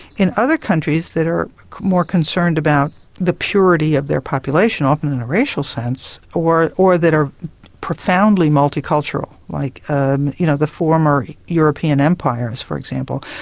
in other countries that are more concerned about the purity of their population, often in a racial sense, or or that are profoundly multicultural, like um you know the former european empires, for example,